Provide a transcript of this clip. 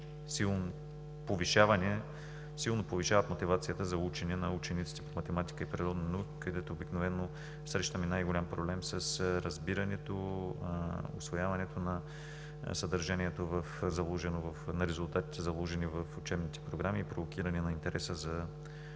Силно повишават мотивацията за учене на учениците по математика и природни науки, където обикновено срещаме най-голям проблем с разбирането, усвояването на съдържанието, на резултатите, заложени в учебните програми, и провокиране на интереса за